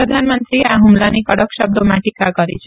પ્રધાનમંત્રીએ આ હુમલાની કડક શબ્દોમાં તીકા કરી છે